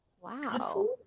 Wow